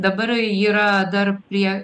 dabar yra dar prie